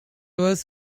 was